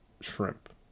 shrimp